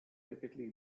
typically